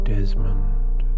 Desmond